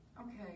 okay